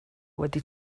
wedi